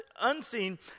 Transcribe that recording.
unseen